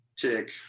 tick